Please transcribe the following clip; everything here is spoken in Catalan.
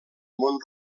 món